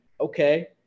Okay